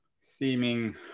seeming